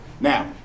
now